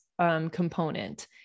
component